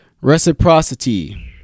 Reciprocity